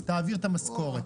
תעביר את המשכורת.